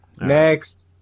Next